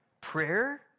prayer